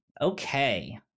okay